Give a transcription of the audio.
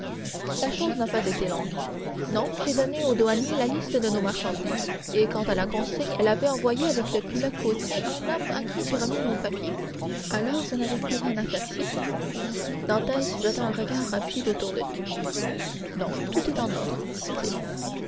la chose n'a pas été longue non j'ai donné aux douaniers la liste de marchandises et quant à la consigne elle avait envoyé avec le pilote côtier un homme à qui j'ai remis nos papiers alors vous n'avez plus rien à faire ici dantès jeta un regard rapide autour de lui non tout est en ordre dit-il